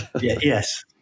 Yes